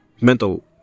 mental